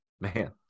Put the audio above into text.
Man